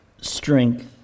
strength